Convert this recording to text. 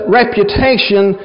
reputation